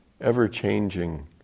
ever-changing